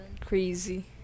Crazy